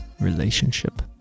relationship